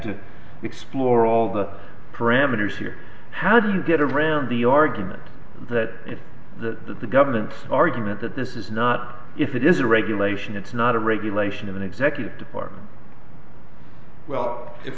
to explore all the parameters here how do you get a ram the argument that the that the government's argument that this is not if it is a regulation it's not a regulation of an executive department well if